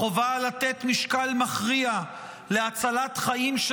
החובה לתת משקל מכריע להצלת חיים של